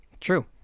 true